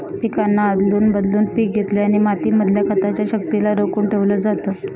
पिकांना आदलून बदलून पिक घेतल्याने माती मधल्या खताच्या शक्तिला रोखून ठेवलं जातं